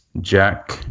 Jack